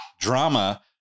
drama